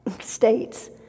states